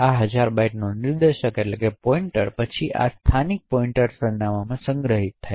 આ હજાર બાઇટ્સનો નિર્દેશક પછી આ સ્થાનિક પોઇન્ટર સરનામાંમાં સંગ્રહિત થાય છે